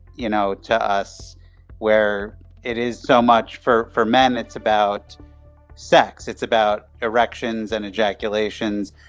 you know, to us where it is so much for for men, it's about sex. it's about erections and ejaculation.